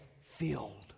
filled